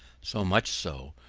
so much so,